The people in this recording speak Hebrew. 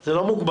זה לא מוגבל.